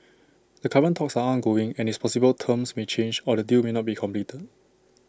the current talks are ongoing and it's possible terms may change or the deal may not be completed